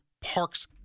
parks